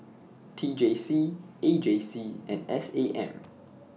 T J C A J C and S A M